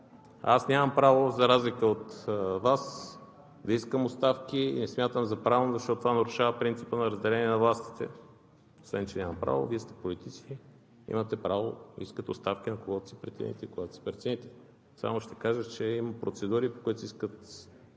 Аз нямам право, за разлика от Вас, да искам оставки. Не смятам за правилно, защото това нарушава принципа на разделение на властите. Освен че нямам право – Вие сте политици, имате право да искате оставки на когото си прецените и когато си прецените, само ще кажа, че има процедури, по които се